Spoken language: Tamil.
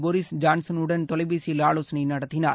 போரிஸ் ஜான்சனுடன் தொலைபேசியில் ஆலோசனை நடத்தினார்